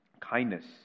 kindness